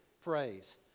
phrase